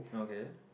okay